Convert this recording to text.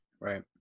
Right